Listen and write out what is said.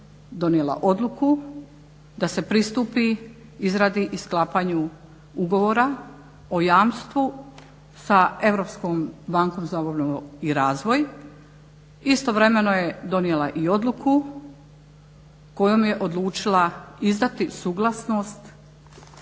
donijela odluku da se pristupi izradi i sklapanju Ugovora o jamstvu sa Europskom bankom za obnovu i razvoj. Istovremeno je donijela i odluku kojom je odlučila izdati suglasnost